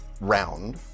round